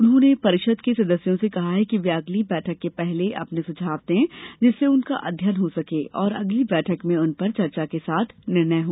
उन्होंने परिषद के सदस्यों से कहा कि वे अगली बैठक के पहले अपने सुझाव दें जिससे उनका अध्ययन हो सके और अगली बैठक में उन पर चर्चा के साथ निर्णय हो